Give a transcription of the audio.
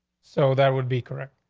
so that would be correct.